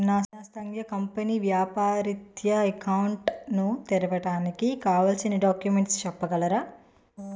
నా సంస్థ కంపెనీ వ్యాపార రిత్య అకౌంట్ ను తెరవడానికి కావాల్సిన డాక్యుమెంట్స్ చెప్పగలరా?